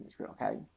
Okay